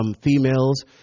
females